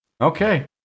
okay